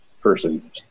person